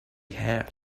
hatch